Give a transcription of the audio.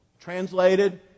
Translated